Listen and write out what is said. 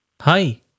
Hi